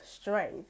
strength